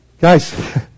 Guys